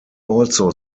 also